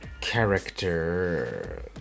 character